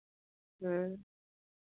ह्म्म